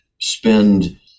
spend